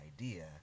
idea